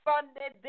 Sunday